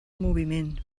moviment